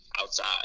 outside